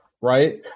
right